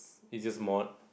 easiest mod